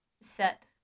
Set